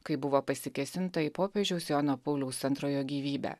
kai buvo pasikėsinta į popiežiaus jono pauliaus antrojo gyvybę